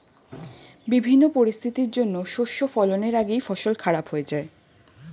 বিভিন্ন পরিস্থিতির জন্যে শস্য ফলনের আগেই ফসল খারাপ হয়ে যায়